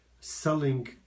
selling